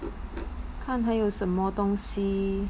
看还有什么东西